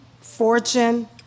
fortune